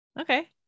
Okay